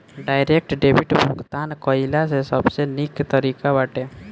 direct debit भुगतान कइला से सबसे निक तरीका बाटे